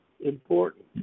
important